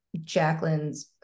Jacqueline's